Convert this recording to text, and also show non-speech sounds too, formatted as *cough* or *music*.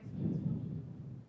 *breath*